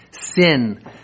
sin